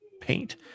paint